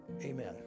Amen